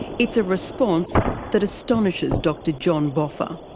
it's a response that astonishes dr john boffa.